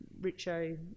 Richo